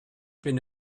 been